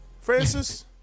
Francis